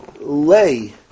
lay